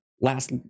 last